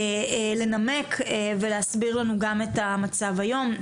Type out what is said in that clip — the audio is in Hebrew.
לנמק ולהסביר לנו גם את המצב היום,